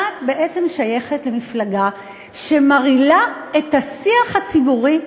את בעצם שייכת למפלגה שמרעילה את השיח הציבורי,